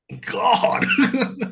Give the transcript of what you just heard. God